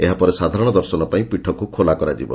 ଏହା ପରେ ସାଧାରଣ ଦର୍ଶନ ପାଇ ପୀଠକୁ ଖୋଲା କରାଯିବ